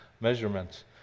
measurements